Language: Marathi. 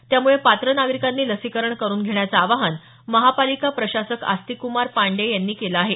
त्यामुळे पात्र नागरिकांनी लसीकरण करुन घेण्याचं आवाहन महापालिका प्रशासक आस्तिककुमार पांडेय यांनी केलं आहे